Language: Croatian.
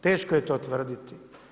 Teško je to tvrditi.